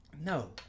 No